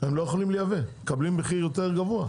הם לא יכולים לייבא, הם מקבלים מחיר יותר גבוה.